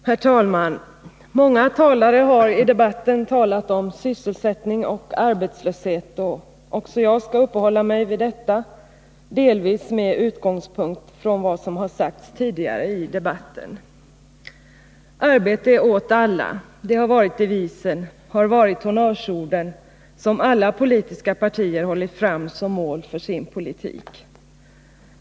Herr talman! Många har i debatten talat om sysselsättning och arbetslöshet, och jag skall också uppehålla mig vid detta, delvis med utgångspunkt i vad som sagts tidigare i debatten. Arbete åt alla har varit devisen, honnörsorden, som alla politiska partier hållit fram som mål för sin politik.